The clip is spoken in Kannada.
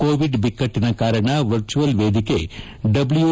ಕೋವಿಡ್ ಬಿಕ್ಕಟ್ಟಿನ ಕಾರಣ ವರ್ಚುಯಲ್ ವೇದಿಕೆ ತಿತಿತಿ